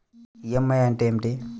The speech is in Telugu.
ఈ.ఎం.ఐ అంటే ఏమిటి?